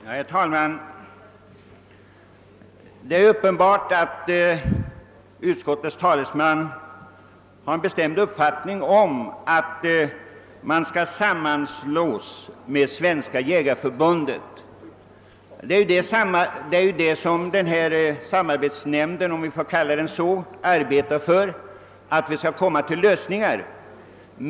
Herr talman! Det är uppenbart att utskottets talesman har den bestämda uppfattningen att vi skall sammanslås med Svenska jägareförbundet. Denna samarbetsnämnd — om vi får kalla den så — arbetar ju för att vi skall komma till lösningar på den vägen.